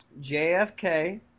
JFK